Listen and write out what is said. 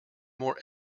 more